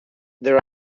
there